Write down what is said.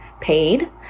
paid